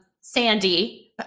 Sandy